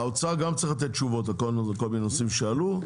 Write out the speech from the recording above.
האוצר גם צריך לתת תשובות לכל מיני נושאים שעלו,